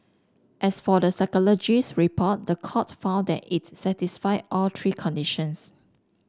as for the psychologist's report the court found that it satisfied all three conditions